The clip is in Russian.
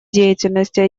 деятельности